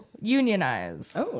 Unionize